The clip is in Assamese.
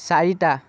চাৰিটা